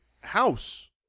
house